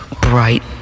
bright